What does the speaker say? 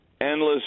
Endless